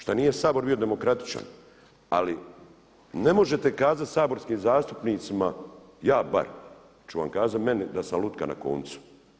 Šta nije Sabor bio demokratičan ali ne možete kazati saborskim zastupnicima, ja bar ću vam kazati meni da sam lutka na koncu.